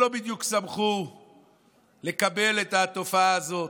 שלא בדיוק שמחו לקבל את התופעה הזאת,